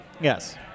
Yes